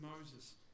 Moses